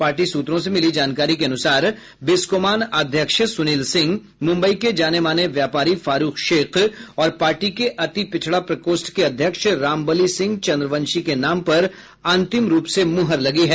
party सूत्रों से मिली जानकारी के अनुसार बिस्कोमान अध्यक्ष सुनील सिंह मुम्बई के जानेमाने व्यापारी फारूख शेख और पार्टी के अति पिछड़ा प्रकोष्ठ के अध्यक्ष रामबलि सिंह चंद्रवंशी के नाम पर अंतिम रूप से मुहर लगी है